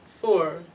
four